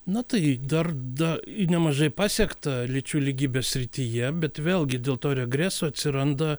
na tai dar da nemažai pasiekta lyčių lygybės srityje bet vėlgi dėl to regreso atsiranda